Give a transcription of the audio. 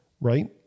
right